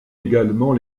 également